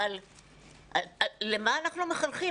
אבל למה אנחנו מחנכים?